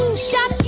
shut